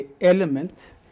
element